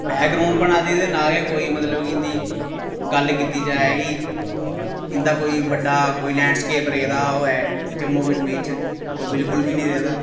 background बना दी ते ना गै कोई मतलब कि इं'दी गल्ल कीती जाए कि इं'दा कोई बड्डा कोई लैंडस्केप रेह्दा होऐ जम्मू कश्मीर च ओह् बिलकुल बी निं रेह्दा